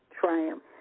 Triumph